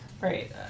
right